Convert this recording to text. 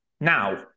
Now